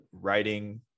writing